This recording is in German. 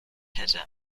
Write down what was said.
hätte